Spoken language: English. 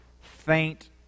faint